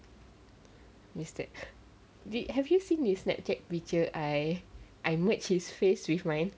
mister alan did have you seen this snapchat picture I I merge his face with mine